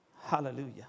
Hallelujah